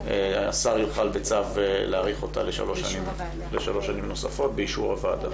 השר יוכל בצו להאריך אותה לשלוש שנים נוספות באישור הוועדה.